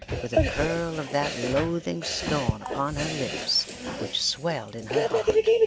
with a curl of that loathing scorn upon her lips which swelled in her heart.